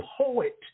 poet